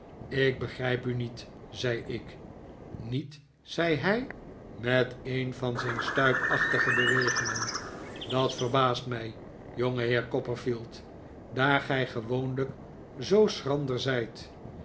ik begrijp u niet zei ik niet zei hij met een van zijn stuipachtige bewegingen dat verbaast mij jongeheer copperfield daar gij gewoonlijk zoo schrander zijt